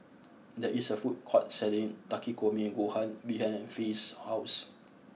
there is a food court selling Takikomi Gohan behind Faye's house